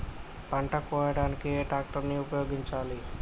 పంట కోయడానికి ఏ ట్రాక్టర్ ని ఉపయోగించాలి?